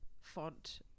font